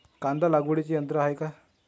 कांदा लागवडीचे यंत्र आहे का?